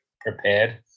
prepared